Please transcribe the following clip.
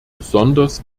besonders